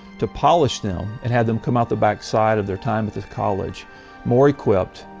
to polish them and have them come out the backside of their time with his college more equipped,